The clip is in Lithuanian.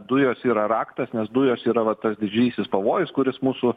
dujos yra raktas nes dujos yra va tas didysis pavojus kuris mūsų